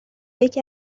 یکی